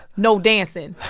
no dancing